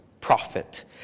prophet